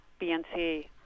BNC